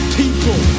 people